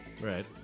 Right